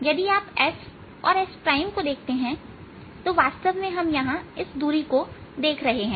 यदि आप s और s प्राइम को देखते हैं तो वास्तव में हम यहां इस दूरी को देख रहे हैं